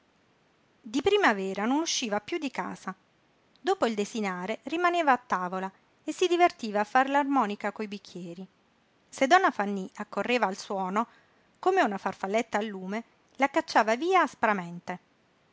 di primavera non usciva piú di casa dopo il desinare rimaneva a tavola e si divertiva a far l'armonica coi bicchieri se donna fanny accorreva al suono come una farfalletta al lume la cacciava via aspramente